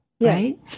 Right